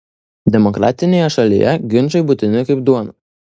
demokratinėje šalyje ginčai būtini kaip duona